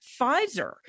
Pfizer